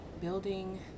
Building